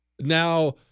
Now